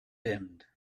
dimmed